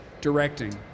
directing